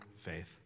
faith